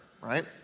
right